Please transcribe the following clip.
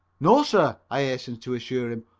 no, sir, i hastened to assure him,